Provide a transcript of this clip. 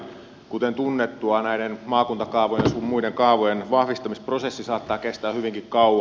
kuten tunnettua maakuntakaavojen sun muiden kaavojen vahvistamisprosessi saattaa kestää hyvinkin kauan